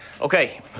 Okay